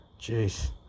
Jeez